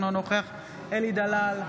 אינו נוכח אלי דלל,